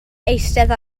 eistedd